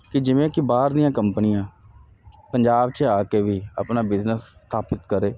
ਕਿ ਜਿਵੇਂ ਕੀ ਬਾਹਰ ਦੀਆਂ ਕੰਪਨੀਆਂ ਪੰਜਾਬ 'ਚ ਆ ਕੇ ਵੀ ਆਪਣਾ ਬਿਜਨਸ ਸਥਾਪਿਤ ਕਰੇ